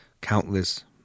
countless